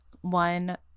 One